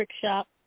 Shop